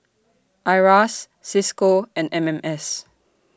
IRAS CISCO and M M S